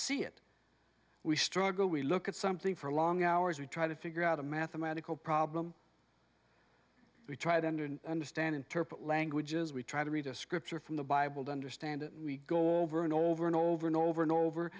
see it we struggle we look at something for a long hours we try to figure out a mathematical problem we try to understand interpret languages we try to read a scripture from the bible to understand it we go over and over and over and over and over